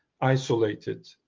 isolated